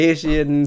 Asian